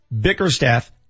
Bickerstaff